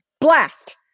Blast